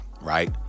right